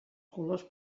colors